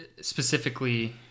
specifically